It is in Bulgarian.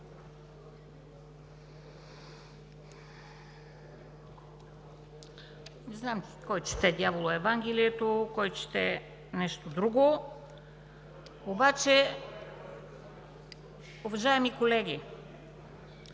Не знам кой чете – дявола Евангелието, кой чете нещо друго, обаче… Уважаеми колеги,